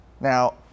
Now